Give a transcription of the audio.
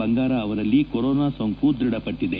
ಅಂಗಾರ ಅವರಲ್ಲಿ ಕೊರೊನಾ ಸೋಂಕು ದೃಢಪಟ್ಲದೆ